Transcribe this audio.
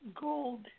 gold